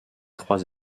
trois